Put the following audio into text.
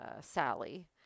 Sally